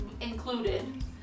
included